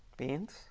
beans